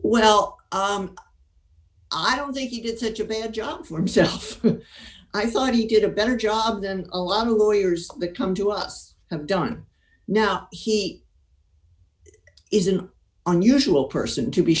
well i don't think you did such a bad job for himself i thought he did a better job than a lot of lawyers the come to us have done now he is an unusual person to be